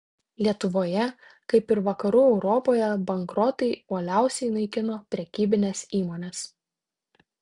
lietuvoje kaip ir vakarų europoje bankrotai uoliausiai naikino prekybines įmones